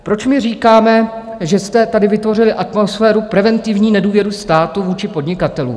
Proč my říkáme, že jste tady vytvořili atmosféru preventivní nedůvěry státu vůči podnikatelům?